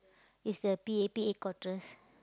is the P_A_P headquarters